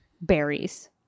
berries